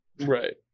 Right